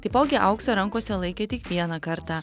taipogi auksą rankose laikė tik vieną kartą